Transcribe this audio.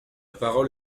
parole